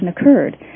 occurred